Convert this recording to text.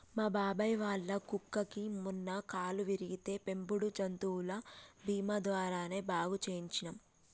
మా బాబాయ్ వాళ్ళ కుక్కకి మొన్న కాలు విరిగితే పెంపుడు జంతువుల బీమా ద్వారానే బాగు చేయించనం